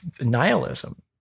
nihilism